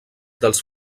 dels